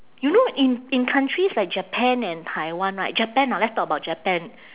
you know in in countries like japan and taiwan right japan ah let's talk about japan